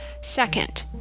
Second